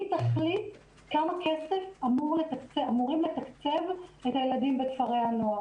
תחליט כמה כסף אמורים לתקצב את הילדים בכפרי הנוער.